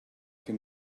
can